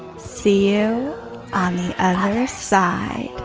see you on the other side!